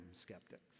skeptics